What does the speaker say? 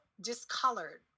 discolored